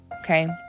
okay